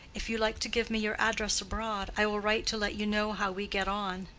if you like to give me your address abroad, i will write to let you know how we get on.